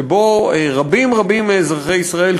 שבו רבים-רבים מאזרחי ישראל,